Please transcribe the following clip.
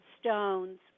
stones